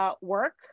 work